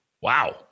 Wow